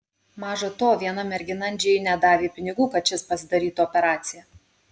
maža to viena mergina andžejui net davė pinigų kad šis pasidarytų operaciją